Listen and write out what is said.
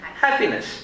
Happiness